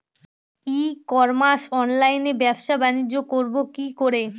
ই commerce অনলাইনে ব্যবসা বানিজ্য করব কি করে?